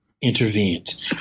intervened